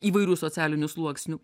įvairių socialinių sluoksnių